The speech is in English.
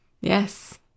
Yes